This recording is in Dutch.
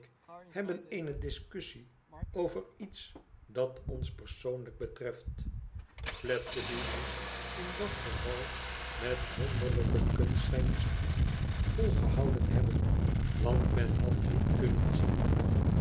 hebben eene discussie over iets dat ons persoonlijk betreft fiedgeby moest in dat geval met wonderlijke kunst zijn dispuut volgehouden hebben want men had niet kunnen zien